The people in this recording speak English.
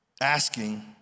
asking